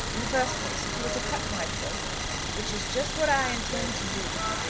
in the first place, if you were to cut my throat which is just what i intend to do.